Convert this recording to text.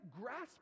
grasp